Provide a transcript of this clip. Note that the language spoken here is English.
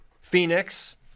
Phoenix